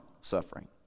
suffering